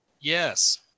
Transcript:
Yes